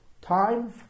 time